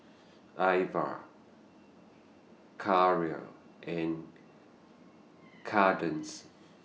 Irva Karel and Kadence